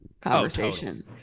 conversation